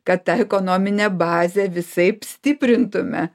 kad tą ekonominę bazę visaip stiprintume